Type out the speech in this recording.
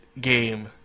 game